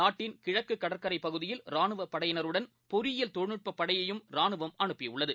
நாட்டின் கிழக்குகடற்கரைபகுதியில் ரானுவப்படையினருடன் பொறியியல் தொழில்நுட்பபடையையும் ராணுவம் அனுப்பியுள்ளது